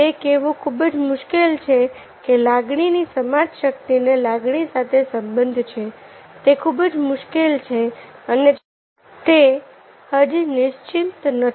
તે કહેવું ખૂબ જ મુશ્કેલ છે કે લાગણીની સમાજ શક્તિને લાગણી સાથે સંબંધ છે તે ખૂબ જ મુશ્કેલ છે અને તે હજી નિશ્ચિત નથી